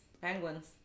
Penguins